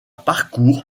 parcours